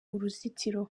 uruzitiro